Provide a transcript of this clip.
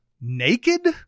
naked